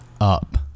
up